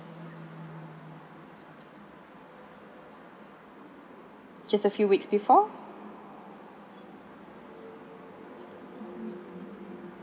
just a few weeks before